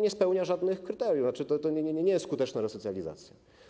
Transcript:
nie spełnia żadnych kryteriów, to nie jest skuteczna resocjalizacja.